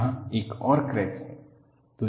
यहां एक और क्रैक है